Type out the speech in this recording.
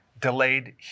delayed